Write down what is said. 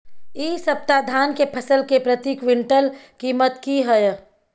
इ सप्ताह धान के फसल के प्रति क्विंटल कीमत की हय?